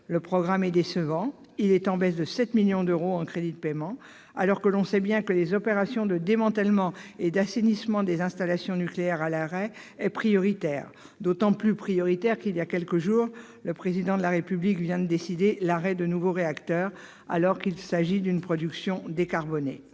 Ce programme est décevant : il est en baisse de 7 millions d'euros en crédits de paiement, alors que l'on sait bien que les opérations de démantèlement et d'assainissement des installations nucléaires à l'arrêt sont prioritaires, d'autant plus prioritaires que, voilà quelques jours, le Président de la République vient de décider de l'arrêt de nouveaux réacteurs, alors qu'il s'agit d'une production décarbonée.